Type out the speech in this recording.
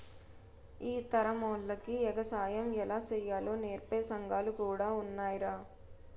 ఈ తరమోల్లకి ఎగసాయం ఎలా సెయ్యాలో నేర్పే సంగాలు కూడా ఉన్నాయ్రా